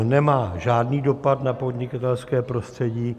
Nemá žádný dopad na podnikatelské prostředí.